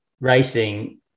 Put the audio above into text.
racing